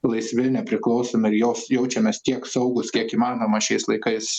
laisvi nepriklausomi ir jos jaučiamės tiek saugūs kiek įmanoma šiais laikais